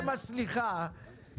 תודה